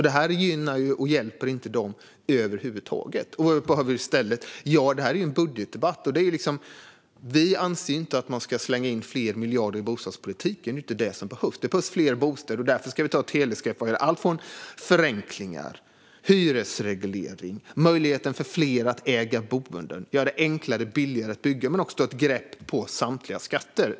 Detta gynnar och hjälper alltså inte över huvud taget de utsatta grupperna. Vad har vi i stället? Detta är en budgetdebatt, och vi anser inte att man ska slänga in fler miljarder i bostadspolitiken. Det är inte det som behövs, utan det behövs fler bostäder. Därför ska vi ta ett helhetsgrepp på det med allt från förenklingar, hyresreglering, möjligheten för fler att äga sitt boende till att göra det enklare och billigare att bygga. Vi vill också ta ett grepp på samtliga skatter.